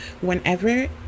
Whenever